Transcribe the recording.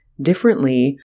differently